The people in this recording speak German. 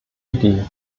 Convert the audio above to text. idee